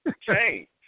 change